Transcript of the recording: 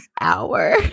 hour